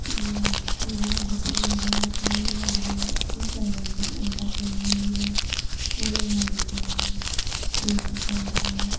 ಏನಾನ ಬಿಸಿ ನೀರೋ ಅಥ್ವಾ ಇನ್ನೇನಾದ್ರು ತೂಕ ಇರೋವಂಥದ್ದು ಒಂದು ಪಾತ್ರೇಲಿ ನೀರೋ ಒಲೇಲಿ ಮಾಡಿದ್ರೆ ಬೆಂಕಿ ಕಂಡಗಳೋ